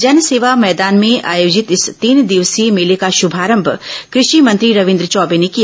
जनसेवा मैदान में आयोजित इस तीन दिवसीय मेले का शुभारंभ कृषि मेंत्री रविन्द्र चौबे ने किया